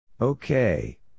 Okay